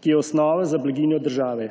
ki je osnova za blaginjo države.